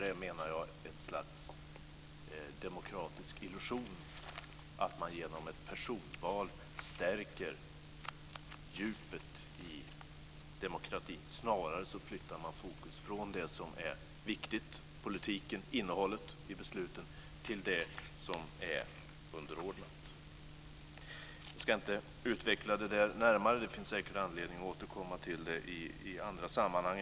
Jag menar att det är ett slags illusion att tro att man genom ett personval förstärker djupet i demokratin. Snarare flyttar man fokus från det som är viktigt - politiken och innehållet i besluten - till det som är underordnat. Jag ska inte utveckla detta närmare. Det finns säkert anledning att återkomma till det i andra sammanhang.